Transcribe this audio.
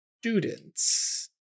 students